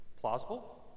plausible